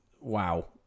wow